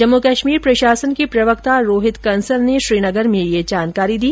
जम्मू कश्मीर प्रशासन के प्रवक्ता रोहित कंसल ने श्रीनगर में यह जानकारी दी